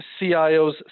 cios